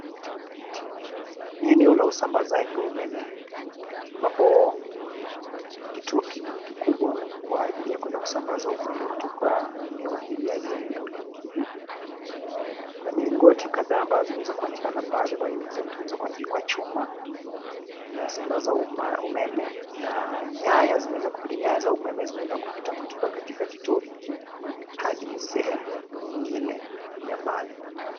Ni eneo la usambazaji wa umeme, ambapo kituo kikubwa kwa ajili ya kuweza kusambaza umeme kutoka eneo hili hadi eneo lingine. Kuna milingoti kadhaa ambazo zimeweza kuonekana pale ambazo zimetengenezwa kwa chuma ,inasambaza umeme na nyaya za umeme zimeweza kupitia katika kituo hiki hadi sehemu nyingine ya mbali.